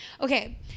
Okay